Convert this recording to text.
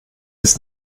ist